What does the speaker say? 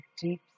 Deep